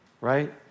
right